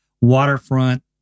waterfront